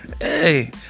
Hey